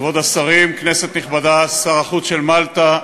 כבוד השרים, כנסת נכבדה, שר החוץ של מלטה,